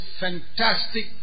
fantastic